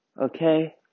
okay